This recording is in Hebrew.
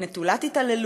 היא נטולת התעללות,